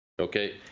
okay